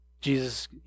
Jesus